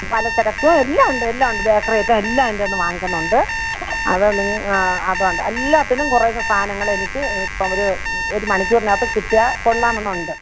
പലചരക്ക് എല്ലാമുണ്ട് എല്ലാമുണ്ട് ബേക്കറി ഐറ്റം എല്ലാ എൻ്റെ നിന്ന് വാങ്ങിക്കുന്നുണ്ട് അത് നിങ്ങൾ ആ അതുമുണ്ട് എല്ലാത്തിൽ നിന്നും കുറേശ്ശെ സാധനങ്ങൾ എനിക്ക് ഇപ്പം അവർ ഒരു മണിക്കൂറിന് അകത്ത് കിട്ടിയാൽ കൊള്ളാമെന്നുണ്ട്